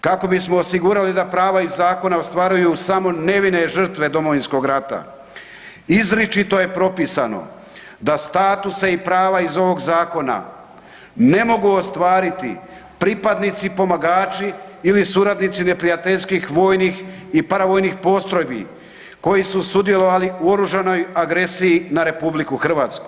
Kako bismo osigurali da prava iz zakona ostvaruju samo nevine žrtve Domovinskog rata, izričito je propisano da statuse i prava iz ovog zakona ne mogu ostvariti pripadnici pomagači ili suradnici neprijateljskih vojnih i paravojnih postrojbi koje su sudjelovali u oružanoj agresiji na RH.